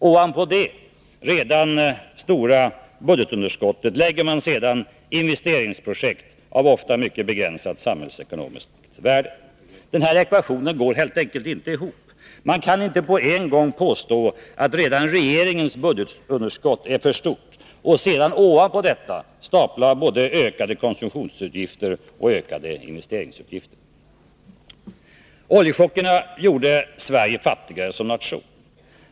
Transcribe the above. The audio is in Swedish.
Ovanpå det redan stora budgetunderskottet lägger man sedan investerings Den här ekvationen går helt enkelt inte ihop. Man kan inte först påstå att Onsdagen den redan regeringens budgetunderskott är för stort och sedan ovanpå det stapla 26 maj 1982 både ökade konsumtionsutgifter och ökade investeringsutgifter. Oljechockerna gjorde Sverige fattigare som nation.